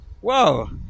Whoa